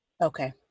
Okay